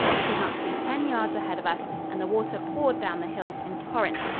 we could not see ten yards ahead of us and the water poured down the hills in torrents,